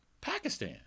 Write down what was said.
Pakistan